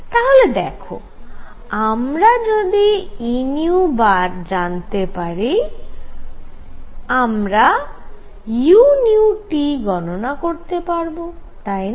তাহলে দেখো আমরা যদি Eν জানতে পারি আমরা u গণনা করতে পারব তাই না